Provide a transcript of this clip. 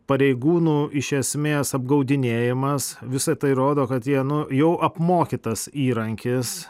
pareigūnų iš esmės apgaudinėjimas visa tai rodo kad jie nu jau apmokytas įrankis